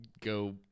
go